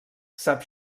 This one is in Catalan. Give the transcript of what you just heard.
sap